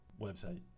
website